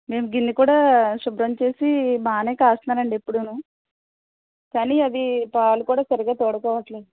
మేము గిన్నె కూడా శుభ్రం చేసి బాగా కాస్తున్నానండి ఎప్పుడు కానీ అవి పాలు కూడా సరిగా తోడుకోవట్లేదు